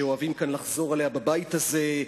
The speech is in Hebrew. שאוהבים לחזור עליה כאן בבית הזה: